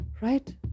Right